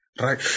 Right